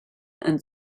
and